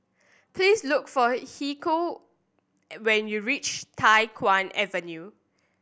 please look for Kiyoko when you reach Tai Hwan Avenue